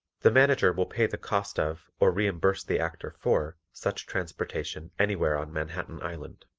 the manager will pay the cost of or reimburse the actor for such transportation anywhere on manhattan island.